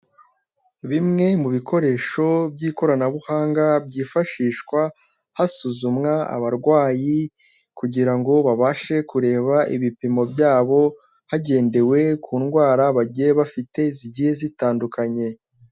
Bimwe mu bikoresho by'ikoranabuhanga byifashishwa hasuzumwa abarwayi kugira ngo babashe kureba ibipimo byabo hagendewe ku ndwara bagiye bafite zigiye zitandukanye.